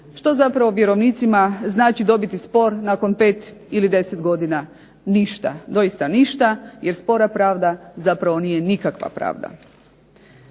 Što zapravo vjerovnicima znači dobiti spor nakon 5 ili 10 godina? Ništa. Doista ništa jer spora pravda zapravo nije nikakva pravda.